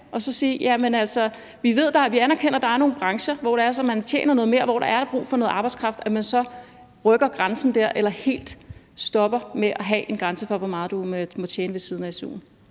og sige, at vi anerkender, at der er nogle brancher, hvor man tjener noget mere, og hvor der er brug for noget arbejdskraft, og så rykker grænsen der eller helt stopper med at have en grænse for, hvor meget du må tjene ved siden af su'en?